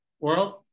World